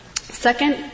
Second